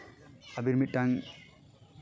ᱟᱹᱵᱤᱱ ᱢᱤᱫᱴᱟᱝ